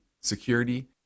security